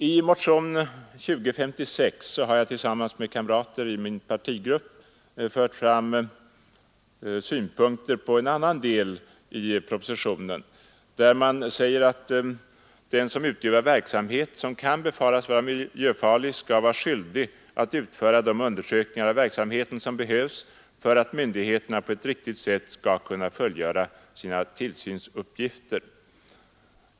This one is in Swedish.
I motionen 2056 har jag tillsammans med kamrater i min partigrupp fört fram synpunkter på en annan del av propositionen. Det framhålls i denna att den som utövar verksamhet som kan befaras vara miljöfarlig skall vara skyldig att utföra de undersökningar av verksamheten som behövs för att myndigheterna på ett riktigt sätt skall kunna fullgöra sina tillsynsuppgifter.